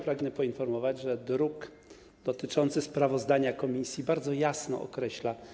Pragnę poinformować, że druk dotyczący sprawozdania komisji bardzo jasno to określa.